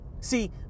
See